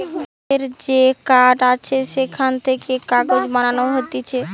গাছের যে কাঠ আছে সেখান থেকে কাগজ বানানো হতিছে